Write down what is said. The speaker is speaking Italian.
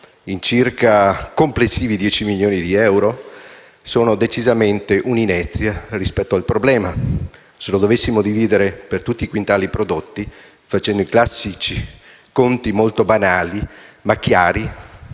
a circa 10 milioni di euro. Sono decisamente un'inezia rispetto al problema. Se li dovessimo dividere per tutti i quintali prodotti, facendo i classici conti molto banali, ma chiari